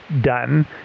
done